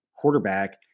quarterback